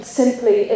simply